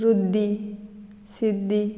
रुद्दी Siddi